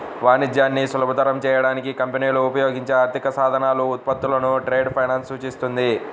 వాణిజ్యాన్ని సులభతరం చేయడానికి కంపెనీలు ఉపయోగించే ఆర్థిక సాధనాలు, ఉత్పత్తులను ట్రేడ్ ఫైనాన్స్ సూచిస్తుంది